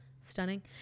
stunning